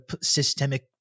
systemic